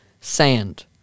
Sand